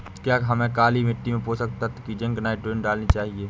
क्या हमें काली मिट्टी में पोषक तत्व की जिंक नाइट्रोजन डालनी चाहिए?